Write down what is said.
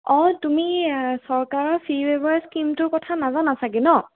অঁ তুমি চৰকাৰৰ ফি ৱেইভাৰ স্কীমটোৰ কথা নাজানা চাগে ন